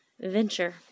venture